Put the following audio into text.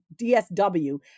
DSW